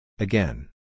Again